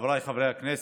חבריי חברי הכנסת,